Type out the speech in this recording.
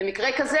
במקרה כזה,